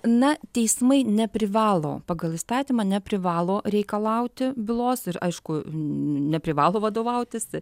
na teismai neprivalo pagal įstatymą neprivalo reikalauti bylos ir aišku neprivalo vadovautis